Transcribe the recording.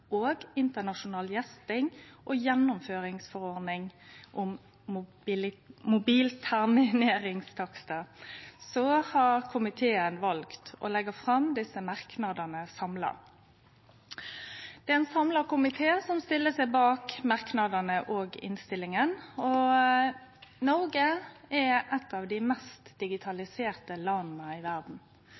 og internasjonal gjesting, og gjennomføringsforordning 2015/2532 om mobiltermineringstakster – har komiteen valt å leggje fram desse merknadene samla. Det er ein samla komité som stiller seg bak merknadene og innstillingane. Noreg er eit av dei mest digitaliserte landa i verda.